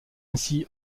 ainsi